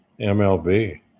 MLB